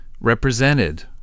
represented